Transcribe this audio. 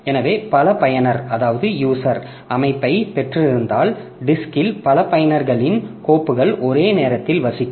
எனவே பல பயனர் அமைப்பைப் பெற்றிருந்தால் டிஸ்க்ல் பல பயனர்களின் கோப்புகள் ஒரே நேரத்தில் வசிக்கும்